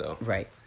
Right